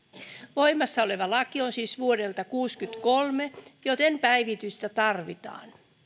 voimassa oleva laki on siis vuodelta kuusikymmentäkolme joten päivitystä tarvitaan